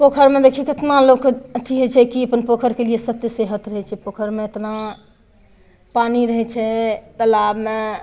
पोखरिमे देखियौ केतना लोकके अथी होइ छै कि अपन पोखरिके लिए सत सेहत होइ छै पोखरिमे एतना पानि रहै छै तलाबमे